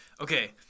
okay